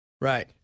Right